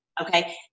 okay